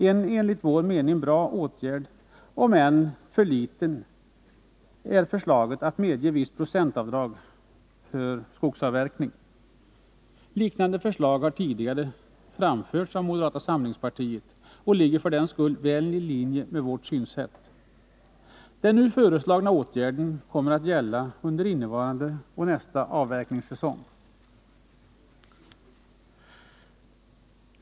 En enligt vår mening bra åtgärd — om än för liten — är förslaget att medge visst procentavdrag vid skogsavverkning. Liknande förslag har tidigare framförts av moderata samlingspartiet, och regeringsförslaget ligger för den skull väl i linje med vårt synsätt. Den nu föreslagna åtgärden kommer att gälla innevarande och nästa avverkningssäsong.